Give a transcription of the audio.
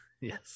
Yes